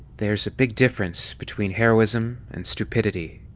there's a big difference between heroism and stupidity.